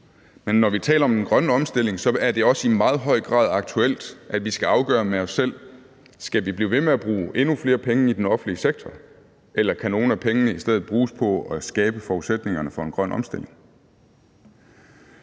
men når vi taler om den grønne omstilling, er det også i meget høj grad aktuelt, at vi skal afgøre med os selv, om vi skal blive ved med at bruge endnu flere penge i den offentlige sektor, eller om nogle af pengene i stedet kan bruges på at skabe forudsætningerne for en grøn omstilling.